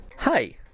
Hi